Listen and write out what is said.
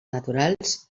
naturals